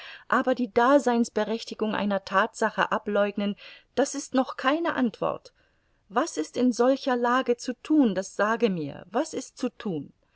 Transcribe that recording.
aber die daseinsberechtigung einer tatsache ableugnen das ist noch keine antwort was ist in solcher lage zu tun das sage mir was ist zu tun